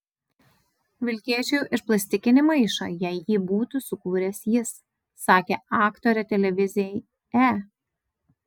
vilkėčiau ir plastikinį maišą jei jį būtų sukūręs jis sakė aktorė televizijai e